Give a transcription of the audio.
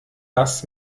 das